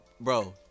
Bro